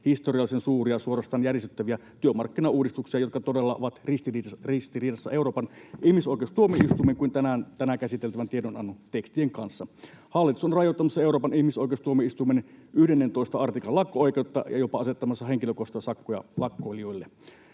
historiallisen suuria, suorastaan järisyttäviä työmarkkinauudistuksia, jotka todella ovat ristiriidassa niin Euroopan ihmisoikeustuomioistuimen kuin tänään käsiteltävän tiedonannon tekstien kanssa. Hallitus on rajoittamassa Euroopan ihmisoikeustuomioistuimen 11 artiklan lakko-oikeutta ja jopa asettamassa henkilökohtaista sakkoa lakkoilijoille.